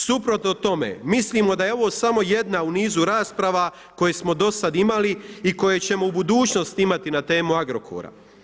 Suprotno tome, mislimo da je ovo samo jedna u nizu rasprava koje smo do sad imali i koje ćemo u budućnosti imati na temu Agrokora.